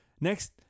next